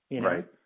Right